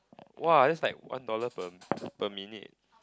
(wah) that's like one dollar per per minute